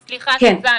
סוזן.